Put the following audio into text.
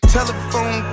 Telephone